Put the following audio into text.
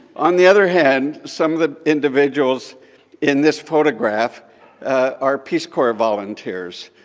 on the other hand, some of the individuals in this photograph are peace corps volunteers.